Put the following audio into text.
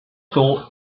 thought